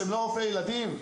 שהם לא רופאי ילדים?